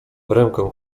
rękę